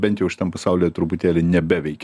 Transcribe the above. bent jau šitam pasaulyje truputėlį nebeveikia